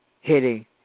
hitting